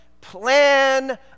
plan